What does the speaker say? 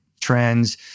trends